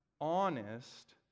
honest